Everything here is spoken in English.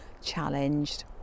challenged